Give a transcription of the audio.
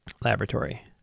laboratory